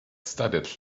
studied